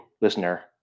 listener